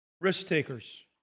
risk-takers